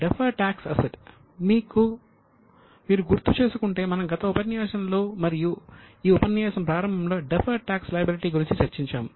deferred tax asset మీరు గుర్తు చేసుకుంటే మనం గత ఉపన్యాసంలో మరియు ఈ ఉపన్యాసం ప్రారంభంలో డెఫర్డ్ టాక్స్ లయబిలిటీ గురించి చర్చించాము